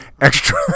extra